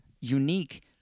unique